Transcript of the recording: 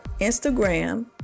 Instagram